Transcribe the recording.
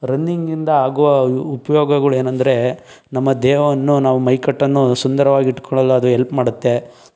ರನ್ನಿಂಗಿಂದ ಆಗುವ ಉಪ್ಯೋಗಗಳು ಏನಂದರೆ ನಮ್ಮ ದೇಹವನ್ನು ನಾವು ಮೈಕಟ್ಟನ್ನು ಸುಂದರವಾಗಿ ಇಟ್ಟುಕೊಳ್ಳಲು ಅದು ಎಲ್ಪ್ ಮಾಡುತ್ತೆ